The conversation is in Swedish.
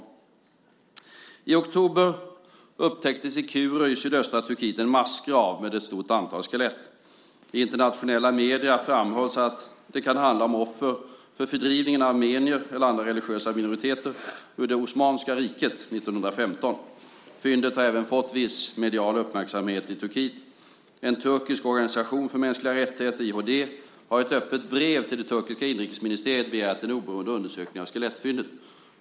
I oktober upptäcktes i Kuru i sydöstra Turkiet en massgrav med ett stort antal skelett. I internationella medier framhålls att det kan handla om offer för fördrivningen av armenier eller andra religiösa minoriteter ur det osmanska riket 1915. Fyndet har även fått viss medial uppmärksamhet i Turkiet. En turkisk organisation för mänskliga rättigheter, IHD, har i ett öppet brev till det turkiska inrikesministeriet begärt en oberoende undersökning av skelettfyndet.